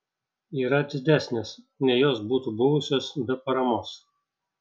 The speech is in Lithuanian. yra didesnės nei jos būtų buvusios be paramos